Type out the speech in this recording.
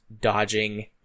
dodging